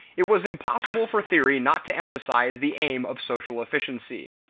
it was impossible for theory not to emphasize the aim of social efficiency.